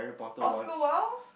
Oscar well